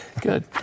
good